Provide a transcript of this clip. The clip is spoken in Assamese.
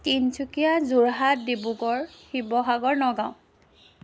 তিনিচুকীয়া যোৰহাট ডিব্ৰুগড় শিৱসাগৰ নগাঁও